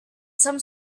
some